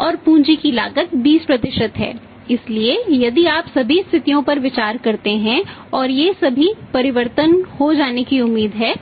और पूंजी की लागत 20 है इसलिए यदि आप सभी स्थितियों पर विचार करते हैं और ये सभी परिवर्तन जो होने की उम्मीद है